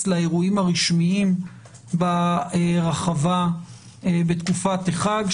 לאירועים הרשמיים ברחבה בתקופת החג,